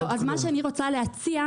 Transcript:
אז מה שאני רוצה להציע,